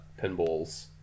pinballs